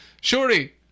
Shorty